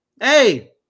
Hey